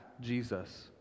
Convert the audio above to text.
Jesus